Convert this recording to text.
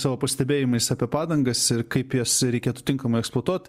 savo pastebėjimais apie padangas ir kaip jas reikėtų tinkamai eksploatuot